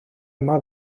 yma